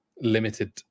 limited